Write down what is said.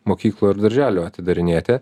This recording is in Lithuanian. mokyklų ir darželių atidarinėti